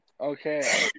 okay